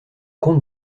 comte